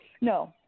No